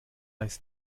ist